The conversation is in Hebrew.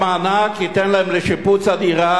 המענק של 60,000 שקל יינתן להם לשיפוץ הדירה,